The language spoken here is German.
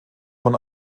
von